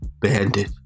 Bandit